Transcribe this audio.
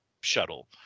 shuttle